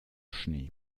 schnee